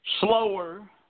Slower